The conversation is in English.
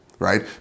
right